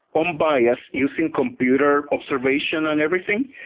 unbiased, using computer observation and everything.